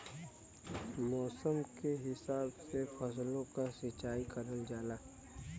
मौसम के हिसाब से फसलो क सिंचाई करल जाला